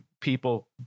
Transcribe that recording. People